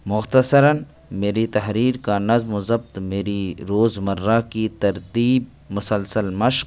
مختصراًَ میری تحریر کا نظم و ضبط میری روز مرہ کی ترتیب مسلسل مشق